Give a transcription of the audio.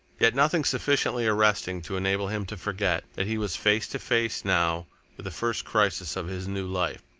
yet nothing sufficiently arresting to enable him to forget that he was face to face now with the first crisis of his new life.